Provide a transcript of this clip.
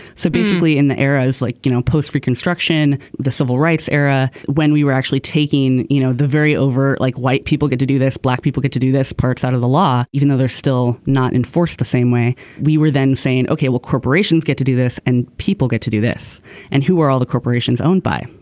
so basically in the areas like you know post reconstruction the civil rights era when we were actually taking you know the very over like white people get to do this black people get to do this parks out of the law even though they're still not enforced the same way we were then saying ok well corporations get to do this and people get to do this and who are all the corporations owned by.